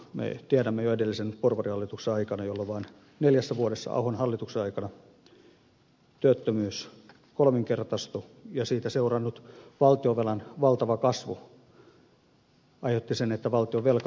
me tiedämme tämän jo edellisen porvarihallituksen ajalta jolloin vain neljässä vuodessa ahon hallituksen aikana työttömyys kolminkertaistui ja siitä seurannut valtionvelan valtava kasvu aiheutti sen että valtionvelka viisinkertaistui